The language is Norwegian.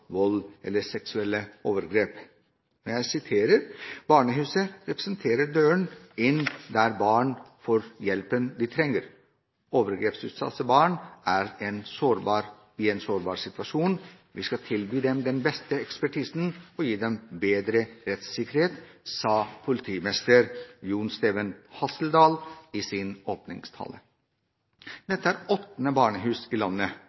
vold eller seksuelle overgrep. «Barnehuset representerer døren inn der barna får hjelpen de trenger. Overgrepsutsatte barn er i en sårbar situasjon – vi skal tilby dem den beste ekspertisen og gi dem bedre rettssikkerhet», sa politimester Jon Steven Hasseldal i sin åpningstale. Dette er det åttende barnehuset i landet.